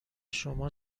شما